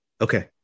Okay